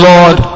Lord